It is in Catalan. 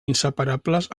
inseparables